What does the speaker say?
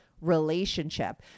relationship